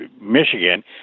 Michigan